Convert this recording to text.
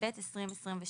התשפ"ב-2022